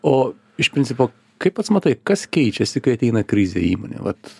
o iš principo kaip pats matai kas keičiasi kai ateina krizė į įmonę vat